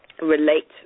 relate